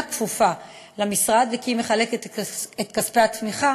כפופה למשרד וכי היא מחלקת את כספי התמיכה